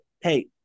Hey